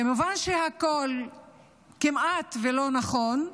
כמובן שהכול כמעט שלא נכון,